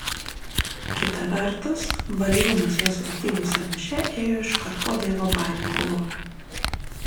kita vertus valyvumas jos vertybių sąraše ėjo iškart po dievobaimingumo